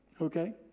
okay